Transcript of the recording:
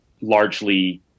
largely